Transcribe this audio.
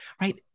right